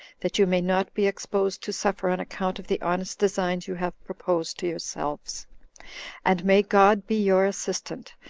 that you may not be exposed to suffer on account of the honest designs you have proposed to yourselves and may god be your assistant,